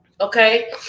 okay